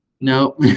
No